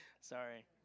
Sorry